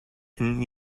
and